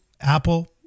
Apple